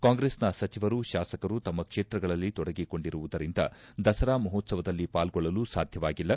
ಕಾಂಗ್ರೆಸ್ನ ಸಚಿವರು ಶಾಸಕರು ತಮ್ಮ ಕ್ಷೇತ್ರಗಳಲ್ಲಿ ತೊಡಗಿಕೊಂಡಿರುವುದರಿಂದ ದಸರಾ ಮಹೋತ್ಸವದಲ್ಲಿ ಪಾಲ್ಗೊಳ್ಳಲು ಸಾಧ್ಯವಾಗಿಲ್ಲ